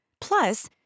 Plus